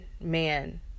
man